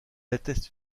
atteste